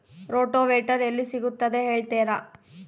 Rotavator ಎಲ್ಲಿ ಸಿಗುತ್ತದೆ ಹೇಳ್ತೇರಾ?